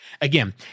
Again